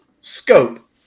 scope